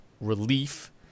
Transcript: relief